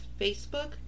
Facebook